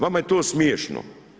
Vama je to smiješno.